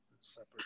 separate